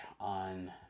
on